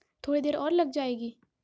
تھوڑی دیر اور لگ جائے گی